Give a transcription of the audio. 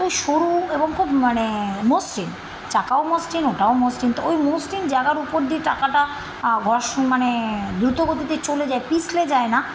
তো ওই সরু এবং খুব মানে মসৃণ চাকাও মসৃণ ওটাও মসৃণ তো ওই মসৃণ জায়গার উপর দিয়ে চাকাটা ঘর্ষণ মানে দ্রুতগতিতে চলে যায় পিছলে যায় না